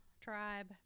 tribe